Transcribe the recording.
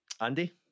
Andy